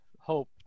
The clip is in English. hope